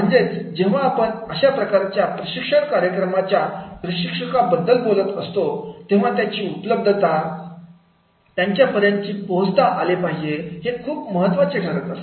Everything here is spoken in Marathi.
म्हणजेच जेव्हा आपण अशा प्रकारच्या प्रशिक्षण कार्यक्रमाच्या प्रशिक्षका बद्दल बोलत असतो तेव्हा त्यांची उपलब्धता त्यांच्यापर्यंत पोहोचता आले पाहिजे हे खूप खूप महत्त्वाचे ठरते